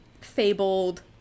fabled